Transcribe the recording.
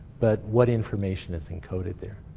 but what information is encoded there.